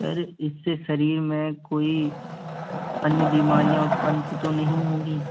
sir इससे शरीर में कोई अन्य बीमारीयाँ उत्पन्न तो नहीं होगी